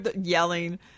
yelling